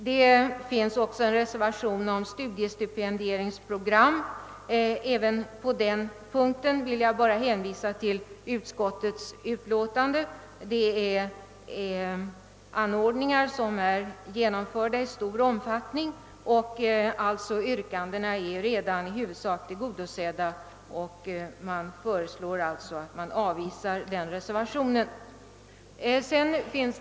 Det föreligger också en reservation om studiestipendieringsprogram. Även på denna punkt vill jag bara hänvisa till utskottsmajoritetens utlåtande. Sådana åtgärder är i stor omfattning genomförda, och yrkandet härom är alltså redan i huvudsak tillgodosett. Utskottet föreslår därför att yrkandet i fråga avvisas.